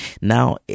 Now